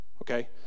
Okay